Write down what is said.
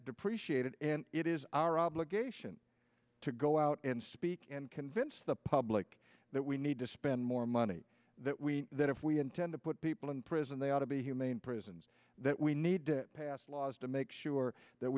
depreciated and it is our obligation to go out and speak and convince the public that we need to spend more money that we that if we intend to put people in prison they ought to be humane prisons that we need to pass laws to make sure that